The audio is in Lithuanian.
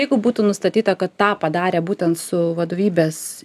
jeigu būtų nustatyta kad tą padarė būtent su vadovybės